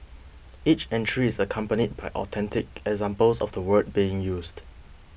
each entry is accompanied by authentic examples of the word being used